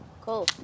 cool